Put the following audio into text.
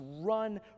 run